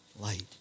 light